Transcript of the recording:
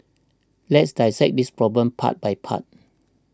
let's dissect this problem part by part